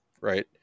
right